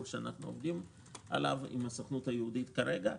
שאנחנו עובדים עליו עם הסוכנות היהודית כרגע,